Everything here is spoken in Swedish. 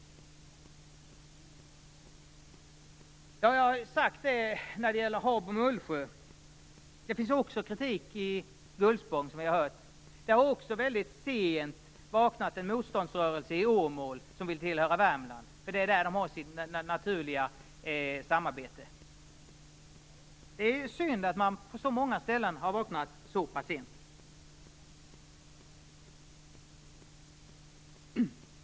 Jag har nämnt Habo och Mullsjö. Det finns också kritik i Gullspång, som vi har hört. Det finns även en motståndsrörelse i Åmål, som har vaknat sent. Man vill tillhöra Värmland, eftersom man har sitt naturliga samarbete där. Det är synd att man på så många ställen har vaknat så sent.